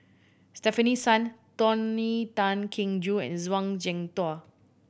Stefanie Sun Tony Tan Keng Joo and Zhuang Shengtao